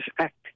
Act